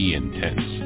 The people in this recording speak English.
intense